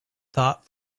thought